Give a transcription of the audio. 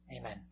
Amen